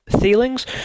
feelings